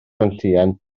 gwenllian